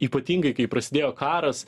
ypatingai kai prasidėjo karas